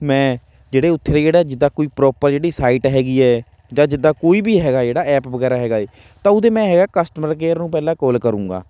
ਮੈਂ ਜਿਹੜੇ ਉੱਥੇ ਦੇ ਜਿਹੜਾ ਜਿੱਦਾਂ ਕੋਈ ਪ੍ਰੋਪਰ ਜਿਹੜੀ ਸਾਈਟ ਹੈਗੀ ਹੈ ਜਾਂ ਜਿੱਦਾਂ ਕੋਈ ਵੀ ਹੈਗਾ ਜਿਹੜਾ ਐਪ ਵਗੈਰਾ ਹੈਗਾ ਹੈ ਤਾਂ ਉਹਦੇ ਮੈਂ ਹੈਗਾ ਕਸਟਮਰ ਕੇਅਰ ਨੂੰ ਪਹਿਲਾਂ ਕੌਲ ਕਰੂੰਗਾ